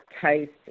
taste